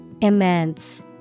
Immense